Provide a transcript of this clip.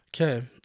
Okay